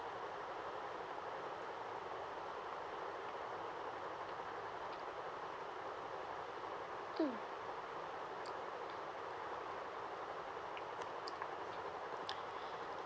mm